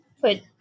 put